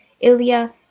Ilya